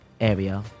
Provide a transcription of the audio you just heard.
area